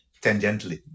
tangentially